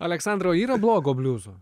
aleksandrai o yra blogo bliuzo